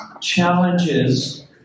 challenges